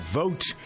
vote